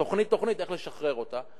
תוכנית-תוכנית, איך לשחרר אותה,